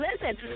listen